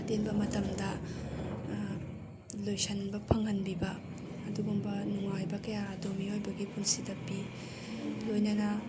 ꯑꯇꯦꯟꯕ ꯃꯇꯝꯗ ꯂꯣꯏꯁꯟꯕ ꯐꯪꯍꯟꯕꯤꯕ ꯑꯗꯨꯒꯨꯝꯕ ꯅꯨꯡꯉꯥꯏꯕ ꯀꯌꯥ ꯑꯗꯨ ꯃꯤꯑꯣꯏꯕꯒꯤ ꯄꯨꯟꯁꯤꯗ ꯄꯤ ꯂꯣꯏꯅꯅ